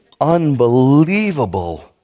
unbelievable